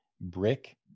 brick